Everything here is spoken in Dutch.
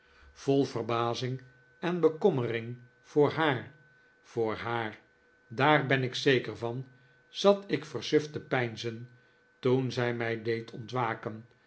vol verbazing en bekommering voor haar voor haar daar ben ik zeker van zat ik versuft te peinzen toen zij mij deed ontwaken